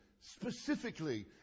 specifically